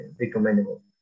recommendable